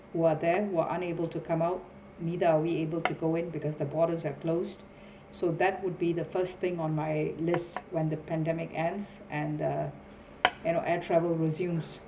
who are there were unable to come out neither are we able to go in because the borders have closed so that would be the first thing on my list when the pandemic ends and the you know air travel resumes